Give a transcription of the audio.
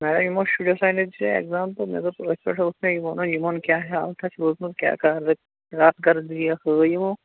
madam یِمو شُرٮ۪و سانٮ۪و دِژٲے ایٚگزام تہٕ مےٚ دوٚپ أتھۍ پٮ۪ٹھ اوس مےٚ یہِ وَنُن یِمن کیٛاہ حالتھا چھِ روٗزمٕژ کیٛاہ کارکردِیا ہٲو یِمو